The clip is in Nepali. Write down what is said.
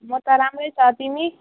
म त राम्रै छ तिमी